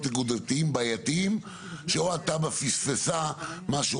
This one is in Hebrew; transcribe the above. נקודתיים בעיתיים שאו התב"ע פספסה משהו,